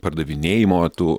pardavinėjimo tų